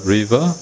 River